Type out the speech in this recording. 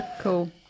Cool